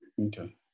Okay